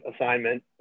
assignment